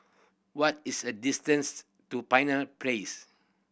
what is the distance to Pioneer Place